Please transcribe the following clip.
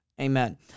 Amen